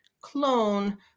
clone